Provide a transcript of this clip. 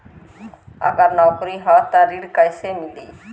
अगर नौकरी ह त ऋण कैसे मिली?